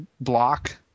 block